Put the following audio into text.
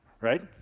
Right